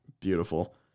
beautiful